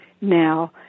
now